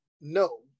no